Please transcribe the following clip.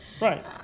Right